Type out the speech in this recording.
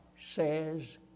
says